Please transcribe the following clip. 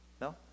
no